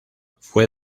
fue